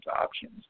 options